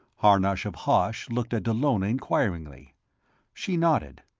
harnosh of hosh looked at dallona inquiringly she nodded.